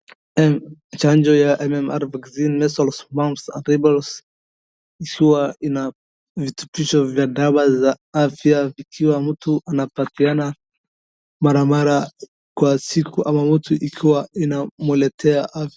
Uchanjo ya MMR, Measles, Mumps and Rubell's , ikiwa ina virotobisho vya dawa za afya vikiwa mtu anapatiana mara mara kwa siku ama mtu ikiwa inamletea afya.